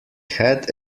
had